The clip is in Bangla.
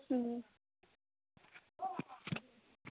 হুম